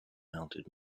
mounted